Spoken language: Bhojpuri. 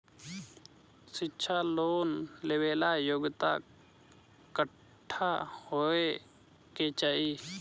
शिक्षा लोन लेवेला योग्यता कट्ठा होए के चाहीं?